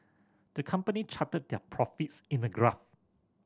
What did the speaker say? the company charted their profits in a graph